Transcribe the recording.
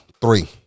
three